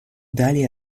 далее